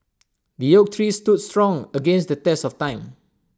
the oak tree stood strong against the test of time